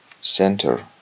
center